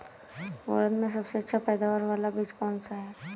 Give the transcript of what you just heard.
उड़द में सबसे अच्छा पैदावार वाला बीज कौन सा है?